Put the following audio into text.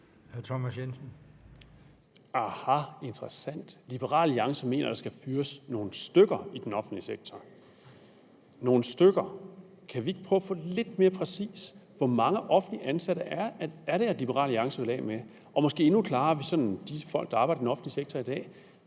Thomas Jensen (S): Aha, interessant. Liberal Alliance mener, der skal fyres nogle stykker i den offentlige sektor. Nogle stykker – kan vi ikke prøve at få det lidt mere præcist? Hvor mange offentligt ansatte er det, Liberal Alliance vil af med? Eller måske endnu klarere, hvis ordføreren ikke kan give et